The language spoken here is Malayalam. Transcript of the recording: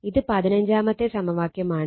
ഇത് 15 മത്തെ സമവാക്യമാണ്